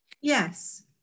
yes